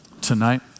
tonight